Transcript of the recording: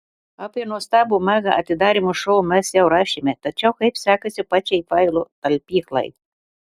apie nuostabų mega atidarymo šou mes jau rašėme tačiau kaip sekasi pačiai failų talpyklai